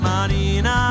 Marina